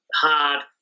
hard